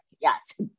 yes